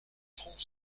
trompe